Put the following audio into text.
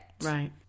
Right